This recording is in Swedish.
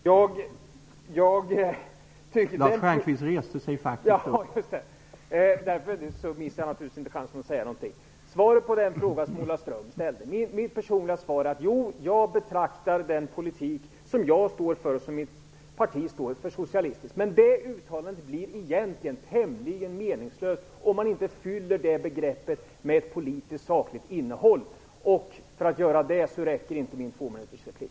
Herr talman! Det var egentligen inte min avsikt att begära replik, men jag tar naturligtvis gärna chansen att säga någonting. Mitt personliga svar på den fråga som Ola Ström ställde blir så här: Jo, jag betraktar den politik som jag står för och som mitt parti står för som socialistisk. Men det uttalandet blir egentligen tämligen meningslöst om man inte fyller det begreppet med ett politiskt sakligt innehåll. För att göra det räcker inte min tvåminutersreplik.